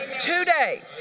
today